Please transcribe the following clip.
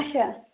اَچھا